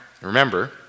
remember